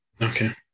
Okay